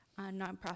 nonprofit